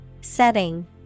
Setting